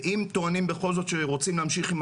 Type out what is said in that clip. ואם טוענים בכל זאת שרוצים להמשיך עם